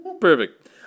Perfect